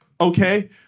okay